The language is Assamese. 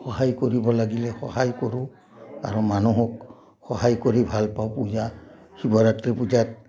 সহায় কৰিব লাগিলে সহায় কৰোঁ আৰু মানুহক সহায় কৰি ভাল পাওঁ পূজা শিৱৰাত্ৰি পূজাত